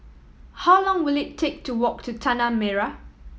how long will it take to walk to Tanah Merah